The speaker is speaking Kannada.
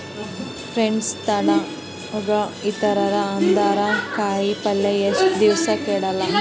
ಫ್ರಿಡ್ಜ್ ತಣಗ ಇರತದ, ಅದರಾಗ ಕಾಯಿಪಲ್ಯ ಎಷ್ಟ ದಿವ್ಸ ಕೆಡಲ್ಲ?